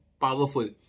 powerful